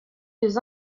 des